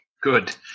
good